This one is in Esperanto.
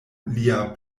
lia